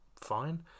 fine